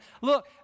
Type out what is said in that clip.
look